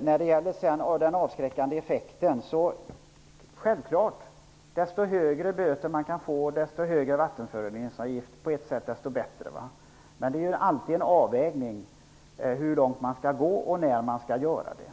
Beträffande den avskräckande effekten är det naturligtvis på det sättet att ju högre böter som kan utdömas och ju högre vattenföroreningsavgifterna är, desto bättre är det. Men man får alltid göra en avvägning hur långt man skall gå och när man skall göra det.